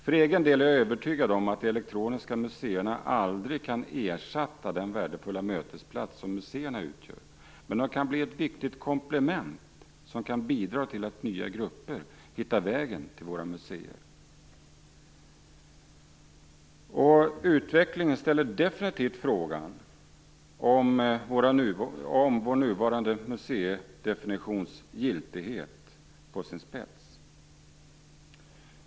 För egen del är jag övertygad om att de elektroniska museerna aldrig kan ersätta museerna med tanke på vilka värdefulla mötesplatser dessa är, men de kan bli ett viktigt komplement som kan bidra till att nya grupper hittar vägen till våra museer. Utvecklingen ställer definitivt frågan om giltigheten i vår nuvarande museidefinition på sin spets.